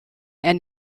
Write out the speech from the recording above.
and